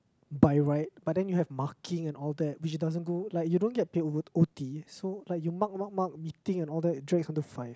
by right but then you have marking and all that which doesn't go like you don't get paid for O_T so like you mark mark mark you think and all that it drags until like five